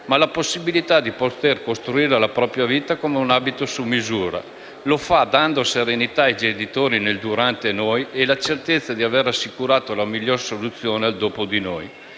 ma la possibilità di poter costruire la propria vita come un abito su misura; lo fa dando serenità ai genitori nel durante noi e la certezza di aver assicurato la miglior soluzione al dopo di noi.